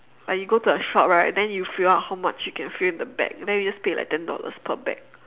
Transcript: like you go to a shop right then you fill up how much you can fill in the bag then you just pay like ten dollars per bag